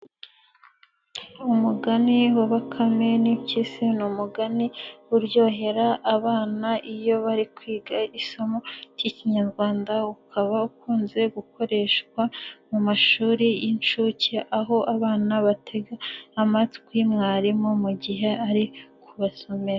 Umugani wa bakame n'impyisi ni umugani uryohera abana iyo bari kwiga isomo ry'ikinyarwanda ukaba ukunze gukoreshwa mu mashuri y'inshuke aho abana batega amatwi mwarimu mu gihe ari kubasomera.